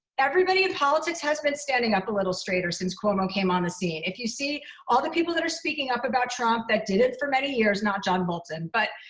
everybody in politics has been standing up a little straighter since cuomo came on the scene. if you see all the people that are speaking up about trump that didn't for many years not john bolton. but,